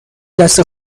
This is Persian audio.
دست